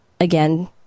Again